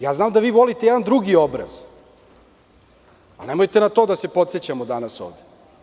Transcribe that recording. Ja znam da vi volite jedan drugi obraz, ali nemojte na to da se podsećamo danas ovde.